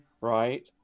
right